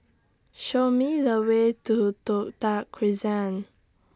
Show Me The Way to Toh Tuck Crescent